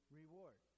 reward